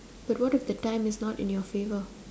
but what if the time is not in your favour